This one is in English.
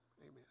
Amen